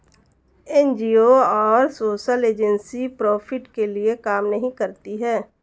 NGO और social agency profit के लिए काम नहीं करती है